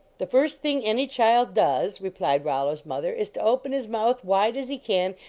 the first thing any child does, replied rollo s mother, is to open his mouth wide as he can,